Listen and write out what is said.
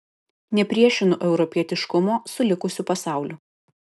nepriešinu europietiškumo su likusiu pasauliu